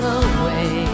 away